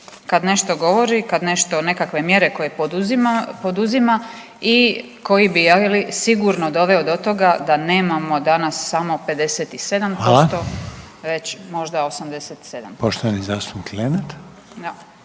kada nešto govori, kada nešto nekakve mjere koje poduzima i koji bi je li sigurno doveo do toga da nemamo danas samo 57% već možda 87%. **Reiner, Željko